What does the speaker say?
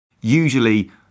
usually